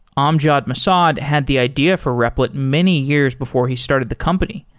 ah amjad masad had the idea for repl it many years before he started the company,